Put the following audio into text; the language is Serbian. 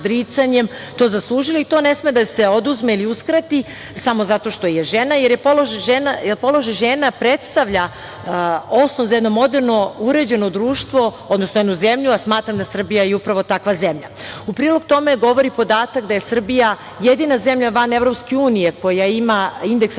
to zaslužila i to ne sme da joj se oduzme ili uskrati samo zato što je žena, jer položaj žena predstavlja osnov za jedno moderno uređeno društvo, odnosno jednu zemlju. Smatram da je Srbija upravo takva zemlja.U prilog tome govori podatak da je Srbija jedina zemlja van EU koja ima indeks